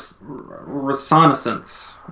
resonance